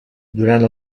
durant